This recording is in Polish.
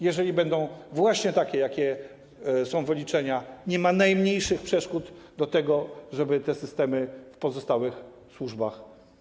Jeżeli będą one właśnie takie, jakie są wyliczenia, nie ma najmniejszych przeszkód do tego, żeby wprowadzać te systemy w pozostałych służbach.